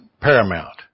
paramount